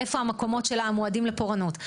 איפה המקומות המועדים לפורענות,